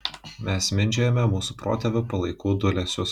mes mindžiojame mūsų protėvių palaikų dūlėsius